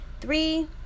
three